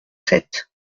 sept